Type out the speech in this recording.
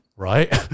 Right